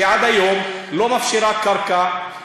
שעד היום לא מפשירה קרקע,